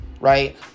right